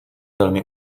velmi